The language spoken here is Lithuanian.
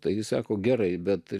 taigi sako gerai bet